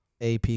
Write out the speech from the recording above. AP